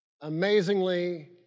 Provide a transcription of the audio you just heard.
amazingly